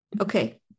Okay